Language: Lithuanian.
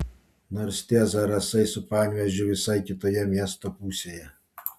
nors tie zarasai su panevėžiu visai kitoje miesto pusėje